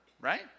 right